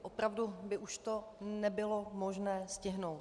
Opravdu by už to nebylo možné stihnout.